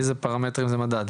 איזה פרמטרים זה מדד?